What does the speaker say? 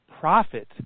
profit